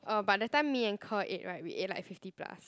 oh but that time me and Ker ate [right] we ate like fifty plus